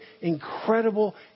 incredible